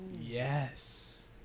yes